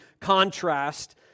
contrast